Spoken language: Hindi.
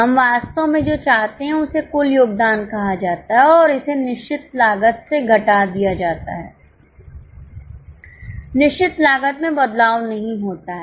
हम वास्तव में जो चाहते हैं उसे कुल योगदान कहा जाता है और इसे निश्चित लागत से घटा दिया जाता है निश्चित लागत में बदलाव नहीं होता है